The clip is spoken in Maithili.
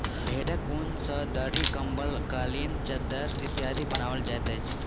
भेंड़क ऊन सॅ दरी, कम्बल, कालीन, चद्दैर इत्यादि बनाओल जाइत अछि